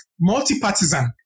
multi-partisan